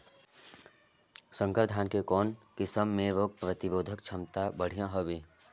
संकर धान के कौन किसम मे रोग प्रतिरोधक क्षमता बढ़िया हवे?